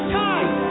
time